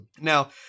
now